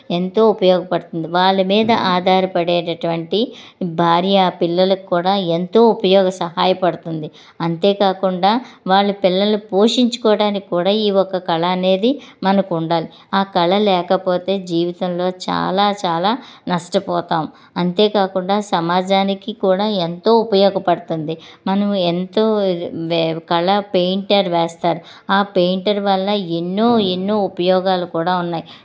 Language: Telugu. ఎంతో ఉపయోగపడుతుంది వాళ్ళ మీద ఆధారపడేటటువంటి భార్యా పిల్లలకు కూడా ఎంతో ఉపయోగ సహాయపడుతుంది అంతేకాకుండా వాళ్ళ పిల్లలు పోషించుకోవటానికి కూడా ఈ ఒక కళ అనేది మనకు ఉండాలి ఆ కళ లేకపోతే జీవితంలో చాలా చాలా నష్టపోతాం అంతేకాకుండా సమాజానికి కూడా ఎంతో ఉపయోగపడుతుంది మనం ఎంతో కళా పెయింటర్ వేస్తారు ఆ పెయింటర్ వల్ల ఎన్నో ఎన్నో ఉపయోగాలు కూడా ఉన్నాయి